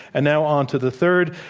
and now on to the third.